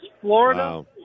Florida